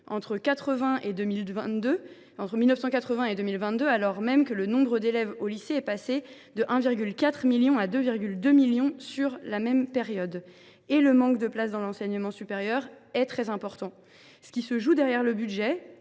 entre 1980 et 2022, alors même que le nombre de lycéens, sur cette période, est passé de 1,4 million à 2,2 millions. De plus, le manque de places dans l’enseignement supérieur est très important. Ce qui se joue derrière le budget